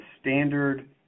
standard